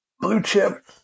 blue-chip –